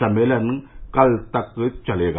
सम्मेलन कल तक तक चलेगा